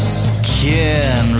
skin